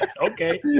okay